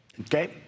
Okay